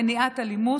במניעת אלימות,